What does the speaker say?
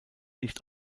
nicht